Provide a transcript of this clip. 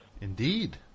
Indeed